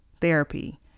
therapy